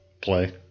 play